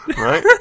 Right